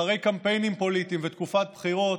אחרי קמפיינים פוליטיים ותקופת בחירות,